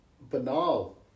banal